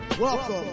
Welcome